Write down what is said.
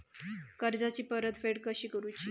कर्जाची परतफेड कशी करूची?